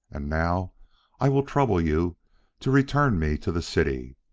and now i will trouble you to return me to the city.